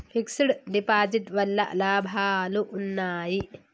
Fix డ్ deposit వల్ల లాభాలు ఉన్నాయి?